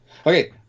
okay